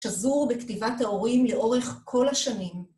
שזור בכתיבת ההורים לאורך כל השנים.